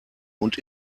und